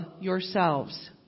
yourselves